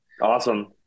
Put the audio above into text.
awesome